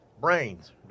brains